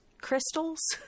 crystals